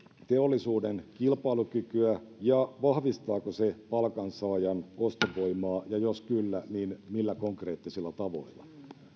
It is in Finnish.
teollisuuden kilpailukykyä ja vahvistaako se palkansaajan ostovoimaa jos kyllä millä konkreettisilla tavoilla